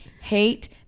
hate